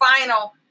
final